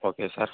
okay sir